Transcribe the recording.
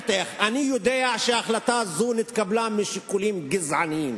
שהחלטה זו נתקבלה משיקולים גזעניים.